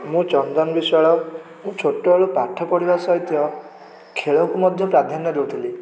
ମୁଁ ଚନ୍ଦନ ବିଶ୍ଵାଳ ମୁଁ ଛୋଟବେଳୁ ପାଠ ପଢ଼ିବା ସହିତ ଖେଳକୁ ମଧ୍ୟ ପ୍ରାଧାନ୍ୟ ଦେଉଥିଲି